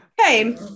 Hey